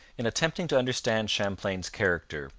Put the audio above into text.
in attempting to understand champlain's character,